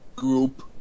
group